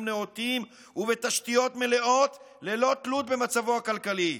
נאותים ובתשתיות מלאות ללא תלות במצבו הכלכלי.